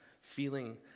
feeling